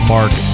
Mark